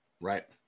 right